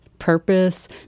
purpose